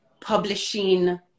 publishing